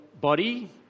body